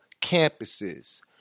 campuses